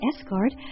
escort